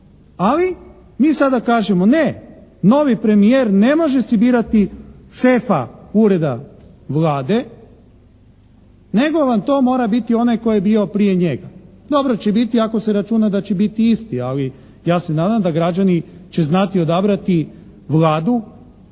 Ali, mi sada kažemo ne, novi premijer ne može si birati šefa Ureda Vlade, nego vam to mora biti onaj tko je bio prije njega. Dobro će biti ako se računa da će biti isti, ali ja se nadam da građani će znati odabrati Vladu